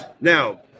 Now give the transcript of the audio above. Now